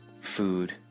food